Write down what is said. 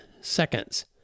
seconds